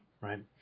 Right